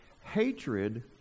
hatred